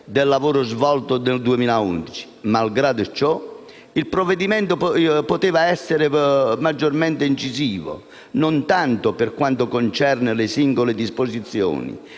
del lavoro svolto nel 2011. Malgrado ciò, il provvedimento poteva essere maggiormente incisivo, non tanto per quanto concerne le singole disposizioni